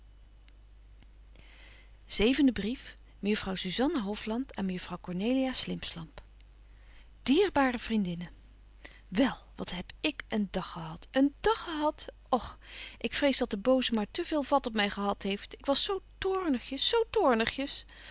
zuzanna hofland aan mejuffrouw cornelia slimpslamp dierbare vriendinne wel wat heb ik een dag gehad een dag gehad och ik vrees dat de boze maar te veel vat op my gehadt heeft ik was zo